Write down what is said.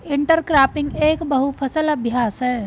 intercropping एक बहु फसल अभ्यास है